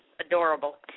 Adorable